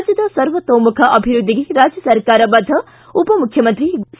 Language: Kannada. ರಾಜ್ಯದ ಸರ್ವತೋಮುಖ ಅಭಿವೃದ್ಧಿಗೆ ರಾಜ್ಯ ಸರಕಾರ ಬದ್ದ ಉಪಮುಖ್ಯಮಂತ್ರಿ ಸಿ